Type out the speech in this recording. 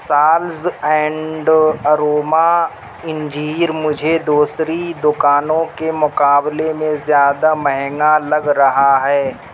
سالز and aroma اِنجیر مجھے دوسری دُکانوں کے مقابلے میں زیادہ مہنگا لگ رہا ہے